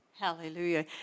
Hallelujah